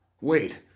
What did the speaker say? Wait